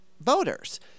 voters